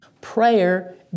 Prayer